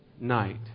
night